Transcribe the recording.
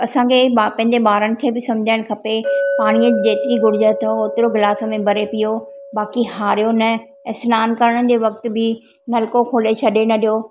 असांखे ब पंहिंजे ॿारनि खे बि सम्झाइण खपे पाणी जेतिरी घुर्ज अथव ओतिरो गिलास में भरे पियो बाक़ी हारियो न ऐं सनानु करण जे वक़्त बि नलको खोले छॾे न ॾियो